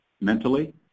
mentally